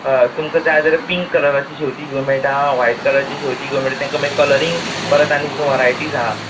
अ तुमक जाय जाल्या पींक कलराचीं शेंवतीं घेवं मेयटा वायट करलाचीं शेंवतीं घेवं मेयटा तेंकां माय कलरींग परत आनी तितू वरायटीज आहा